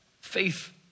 faith